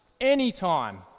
Anytime